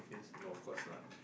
no of course not